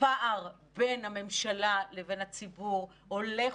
הפער בין הממשלה לבין הציבור הולך